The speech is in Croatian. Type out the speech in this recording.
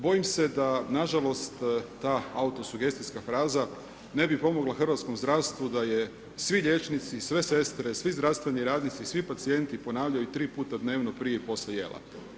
Bojim se da na žalost ta autosugestijska fraza ne bi pomogla hrvatskom zdravstvu da je svi liječnici, sve sestre, svi zdravstveni radnici, svi pacijenti ponavljaju tri puta dnevno prije i poslije jela.